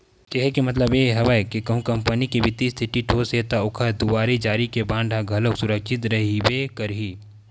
केहे के मतलब ये हवय के कहूँ कंपनी के बित्तीय इस्थिति ठोस हे ता ओखर दुवारी जारी के बांड ह घलोक सुरक्छित रहिबे करही